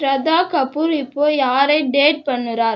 ஷ்ரதா கபூர் இப்போது யாரை டேட் பண்ணுகிறார்